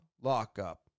lockup